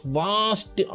vast